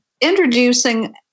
introducing